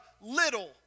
little